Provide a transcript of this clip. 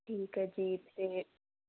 ਠੀਕ ਹ ਜੀ ਤੇ